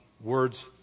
words